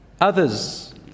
others